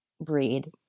breed